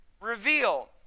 reveal